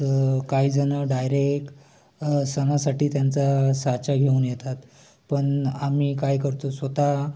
तर काही जण डायरेक सणासाठी त्यांचा साचा घेऊन येतात पण आम्ही काय करतो स्वतः